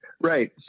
Right